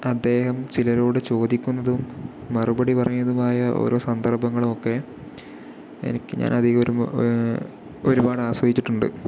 അദ്ദേഹം ചിലരോട് ചോദിക്കുന്നതും മറുപടി പറയുന്നതുമായ ഓരോ സന്ദർഭങ്ങളുമൊക്കെ എനിക്ക് ഞാനധികം ഒര് ഒര്പാട് ആസ്വദിച്ചിട്ടുണ്ട്